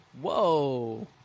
Whoa